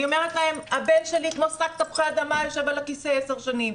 אני אומרת להם: הבן שלי כמו שק תפוחי אדמה יושב על הכיסא עשר שנים,